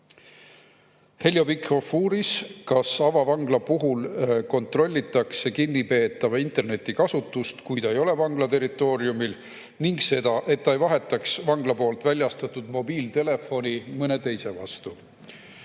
Heljo Pikhof uuris, kas avavangla puhul kontrollitakse kinnipeetava internetikasutust, kui ta ei ole vangla territooriumil ning seda, et ta ei vahetaks vangla väljastatud mobiiltelefoni mõne teise vastu.